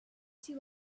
see